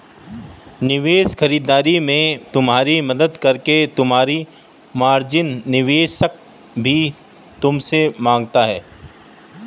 निवेश खरीदारी में तुम्हारी मदद करके कुछ मार्जिन निवेशक भी तुमसे माँगता है